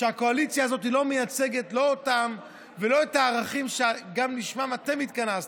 שהקואליציה הזאת לא מייצגת לא אותם ולא את הערכים שגם לשמם אתם התכנסתם?